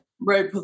Right